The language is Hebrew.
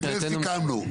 את זה סיכמנו.